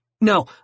No